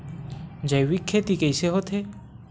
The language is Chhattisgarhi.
जैविक खेती कइसे होथे?